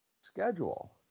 schedule